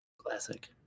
Classic